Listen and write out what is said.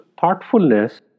thoughtfulness